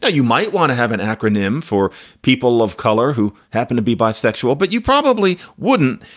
ah you might want to have an acronym for people of color who happen to be bisexual, but you probably wouldn't.